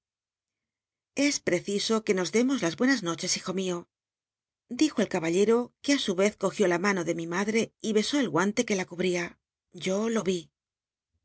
acompaiiado cciso que nos demos las buenas noches hijo mio dijo el caballero que i su rez cogió la mano de mi madi e besó ej guanle que la cubría yo lo í